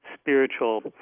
spiritual